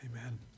Amen